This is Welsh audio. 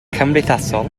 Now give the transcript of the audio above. cymdeithasol